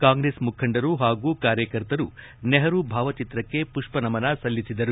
ಕಾಂಗ್ರೆಸ್ ಮುಖಂಡರು ಹಾಗೂ ಕಾರ್ಯಕರ್ತರು ನೆಹರೂ ಭಾವಚಿತ್ರಕ್ಕೆ ಪುಷ್ಪನಮನ ಸಲ್ಲಿಸಿದರು